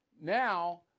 now